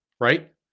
right